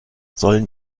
sollen